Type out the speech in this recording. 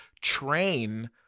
train